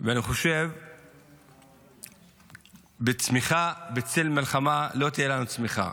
ואני חושב שבצמיחה בצל מלחמה לא תהיה לנו צמיחה.